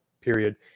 period